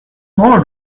more